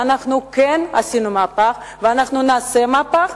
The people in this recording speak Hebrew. ואנחנו כן עשינו מהפך ואנחנו נעשה מהפך.